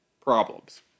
problems